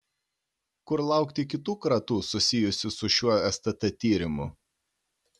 kur laukti kitų kratų susijusių su šiuo stt tyrimu